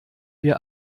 wir